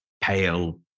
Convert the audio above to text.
pale